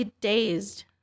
dazed